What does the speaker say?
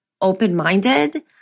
open-minded